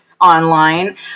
online